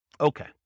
Okay